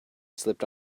slipped